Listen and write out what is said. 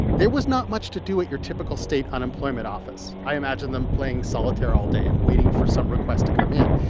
there was not much to do at your typical state unemployment office. i imagine them playing solitaire all day and waiting for some request to come in.